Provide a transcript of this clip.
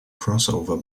crossover